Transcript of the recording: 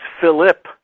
philip